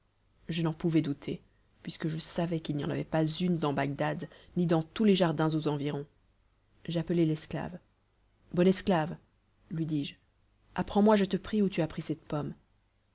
je n'en pouvais douter puisque je savais qu'il n'y en avait pas une dans bagdad ni dans tous les jardins aux environs j'appelai l'esclave bon esclave lui dis-je apprends-moi je te prie où tu as pris cette pomme